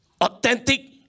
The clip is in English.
Authentic